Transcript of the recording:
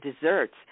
desserts